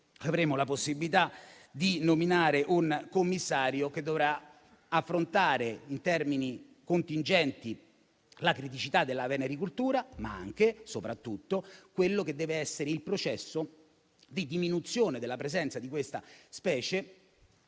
avremo la possibilità di nominare un commissario che dovrà affrontare in termini contingenti la criticità nel settore della venericoltura, ma anche e soprattutto il processo di diminuzione della presenza di questa specie